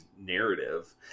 narrative